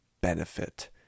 benefit